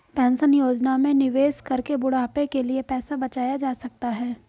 pension योजना में निवेश करके बुढ़ापे के लिए पैसा बचाया जा सकता है